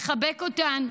לחבק אותם,